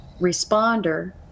responder